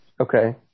Okay